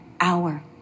hour